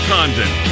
Condon